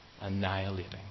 annihilating